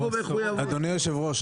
אדוני יושב הראש,